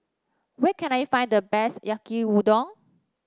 where can I find the best Yaki Udon